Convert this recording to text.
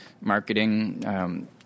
marketing